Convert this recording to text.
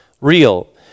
real